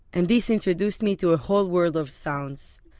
and this introduced me to a whole world of sounds.